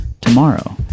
tomorrow